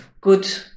good